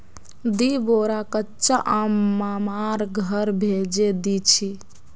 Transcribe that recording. दी बोरा कच्चा आम मामार घर भेजे दीछि